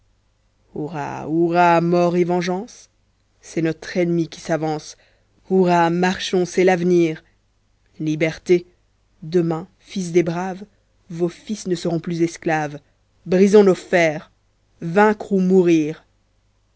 mort et vengeance c'est notre ennemi qui s'avance hurrah marchons c'est l'avenir liberté demain fils des braves vos fils ne seront plus esclaves brisons nos fers vaincre ou mourir